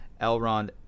Elrond